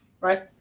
right